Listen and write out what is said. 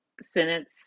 sentence